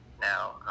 Now